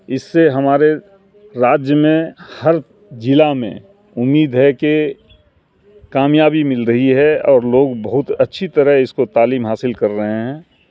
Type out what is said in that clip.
اس سے ہمارے راجیہ میں ہر جلع میں امید ہے کے کامیابی مل رہی ہے اور لوگ بہت اچھی طرح اس کو تعلیم حاصل کر رہے ہیں